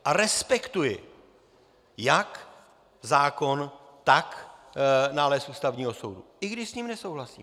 A respektuji jak zákon, tak nález Ústavního soudu, i když s ním nesouhlasím.